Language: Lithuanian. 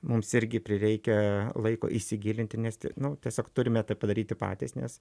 mums irgi prireikia laiko įsigilinti nes t nu tiesiog turime tą padaryti patys nes